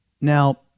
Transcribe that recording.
Now